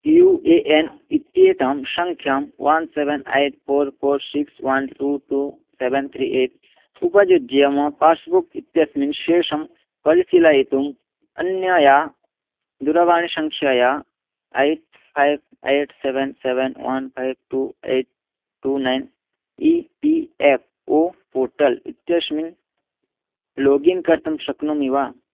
you A N इत्येतां सङ्ख्यां one seven eight four four six one two two seven three eight उपयुज्य मम passbook इत्यस्मिन् शेषं परिशीलयितुम् अन्यया दूरवाणीशङ्ख्यया eight five eight seven seven one five two eight two nine E P F O portal इत्यस्मिन् लोगिन् कर्तुं शक्नोमि वा